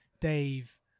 dave